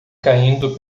caindo